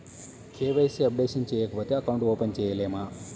KYC updation చేయకపోతే account open చేయలేమా?